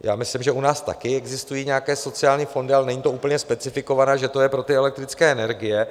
Já myslím, že u nás také existují nějaké sociální fondy, ale není to úplně specifikované, že to je pro ty elektrické energie.